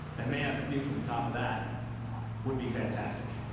and man, the view from the top of that would be fantastic,